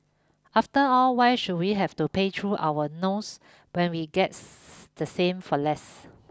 after all why should we have to pay through our nose when we gets the same for less